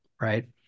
Right